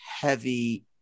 heavy